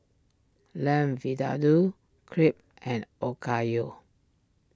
Lamb Vindaloo Crepe and Okayu